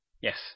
Yes